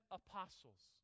apostles